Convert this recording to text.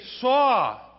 saw